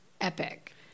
epic